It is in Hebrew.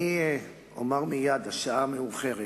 אומר מייד: השעה מאוחרת.